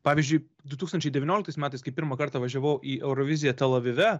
pavyzdžiui du tūkstančiai devynioliktais metais kai pirmą kartą važiavau į euroviziją tel avive